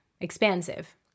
expansive